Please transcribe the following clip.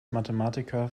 mathematiker